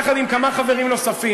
יחד עם כמה חברים נוספים,